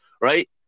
right